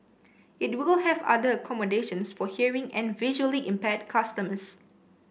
it will have other accommodations for hearing and visually impaired customers